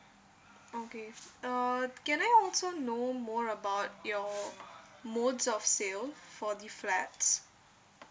okay uh can I also know more about your modes of sale for the flats